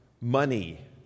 money